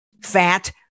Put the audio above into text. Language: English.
fat